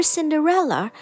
Cinderella